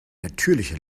natürliche